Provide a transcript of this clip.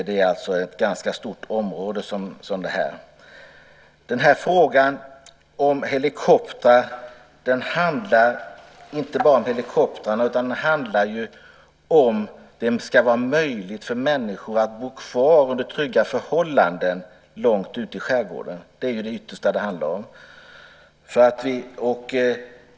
Det är alltså ett ganska stort område som det handlar om. Frågan om helikoptrar handlar inte bara om helikoptrarna, utan den handlar om ifall det ska vara möjligt för människor att bo kvar under trygga förhållanden långt ute i skärgården. Det är ju det som det ytterst handlar om.